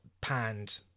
panned